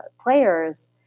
players